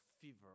fever